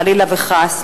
חלילה וחס,